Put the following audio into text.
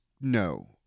No